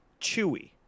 Chewy